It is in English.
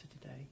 today